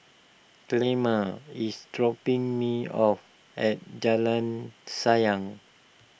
Clemma is dropping me off at Jalan Sayang